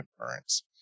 occurrence